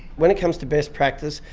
when it comes to best practice,